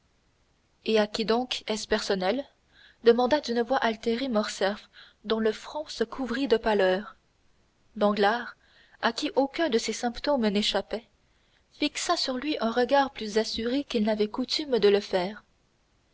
et à qui donc est-ce personnel demanda d'une voix altérée morcerf dont le front se couvrit de pâleur danglars à qui aucun de ces symptômes n'échappait fixa sur lui un regard plus assuré qu'il n'avait coutume de le faire